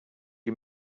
you